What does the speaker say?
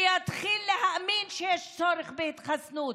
ויתחיל להאמין שיש צורך בהתחסנות.